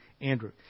Andrew